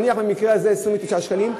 נניח במקרה הזה 29 שקלים,